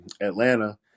Atlanta